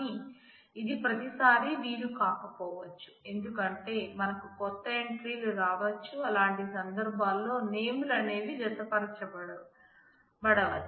కాని ఇది ప్రతి సారి వీలు కాకపోవచ్చు ఎందుకంటే మనకు కొత్త ఎంట్రీలు రావచ్చు అలాంటి సందర్బాలలో నేములు అనేవి జత పరచబడవచ్చు